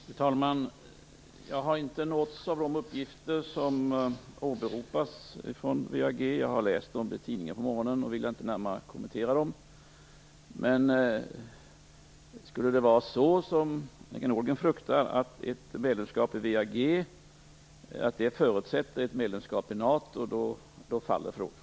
Fru talman! Jag har inte nåtts av de uppgifter som åberopas från WEAG. Jag har läst om dem i tidningen på morgonen och vill inte närmare kommentera dem. Skulle det vara som Annika Nordgren fruktar, dvs. att ett medlemskap i WEAG förutsätter ett medlemskap i NATO, faller frågan.